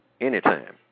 anytime